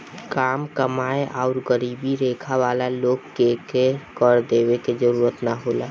काम कमाएं आउर गरीबी रेखा वाला लोग के कर देवे के जरूरत ना होला